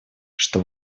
что